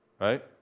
right